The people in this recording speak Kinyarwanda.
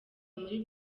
muri